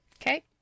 Okay